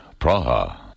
Praha